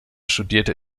studierte